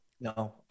no